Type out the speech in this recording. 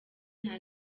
nta